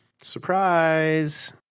surprise